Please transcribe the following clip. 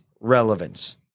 relevance